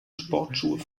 sportschuhe